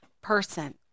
person